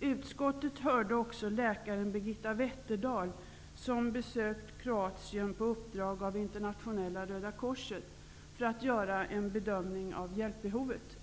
Utskottet hörde också läkaren Birgitta Wetterdahl som hade besökt Kroatien på uppdrag av internationella Röda korset för att göra en bedömning av hjälpbehovet.